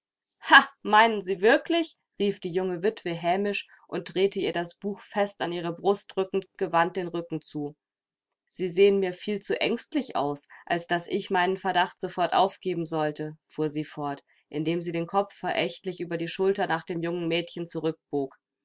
meinen sie wirklich rief die junge witwe hämisch und drehte ihr das buch fest an ihre brust drückend gewandt den rücken zu sie sehen mir viel zu ängstlich aus als daß ich meinen verdacht sofort aufgeben sollte fuhr sie fort indem sie den kopf verächtlich über die schulter nach dem jungen mädchen